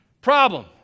Problem